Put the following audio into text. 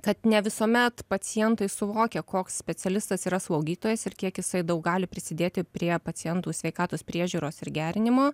kad ne visuomet pacientai suvokia koks specialistas yra slaugytojas ir kiek jisai daug gali prisidėti prie pacientų sveikatos priežiūros ir gerinimo